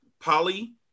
Polly